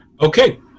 Okay